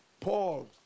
Paul